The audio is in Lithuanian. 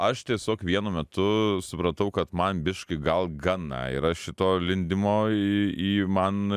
aš tiesiog vienu metu supratau kad man biškį gal gana yra šito lindimo į į man